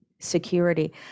security